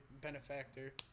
benefactor